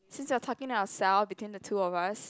since we're talking to ourselves between the two of us